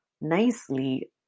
nicely